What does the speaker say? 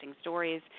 stories